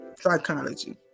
psychology